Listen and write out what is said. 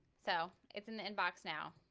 so it's an inbox now